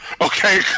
Okay